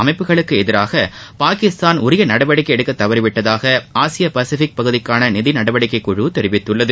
அமைப்புகளுக்கு எதிராக பாகிஸ்தான் உரிய நடவடிக்கை எடுக்க தவறிவிட்டதாக ஆசிய பசிபிக் பகுதிக்கான நிதி நடவடிக்கைக் குழு தெரிவித்துள்ளது